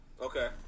Okay